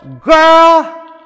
girl